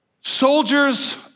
soldiers